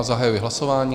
Zahajuji hlasování.